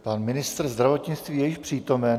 Pan ministr zdravotnictví je již přítomen.